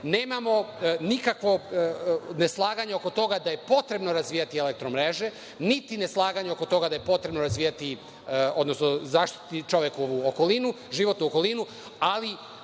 Nemamo nikakvo neslaganje oko toga da je potrebno razvijati „Elektromreže“, niti neslaganja oko toga da je potrebno razvijati, odnosno zaštiti čovekovu životnu okolinu, ali